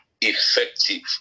effective